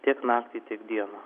tiek naktį tiek dieną